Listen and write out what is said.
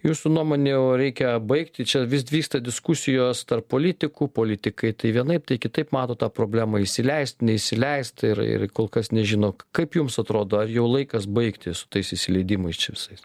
jūsų nuomonejau reikia baigti čia vis vyksta diskusijos tarp politikų politikai tai vienaip tai kitaip mato tą problemą įsileist neįsileist ir ir kol kas nežino kaip jums atrodo ar jau laikas baigti su tais įsileidimais čia visais